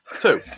Two